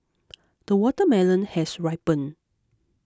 the watermelon has ripened